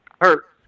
hurt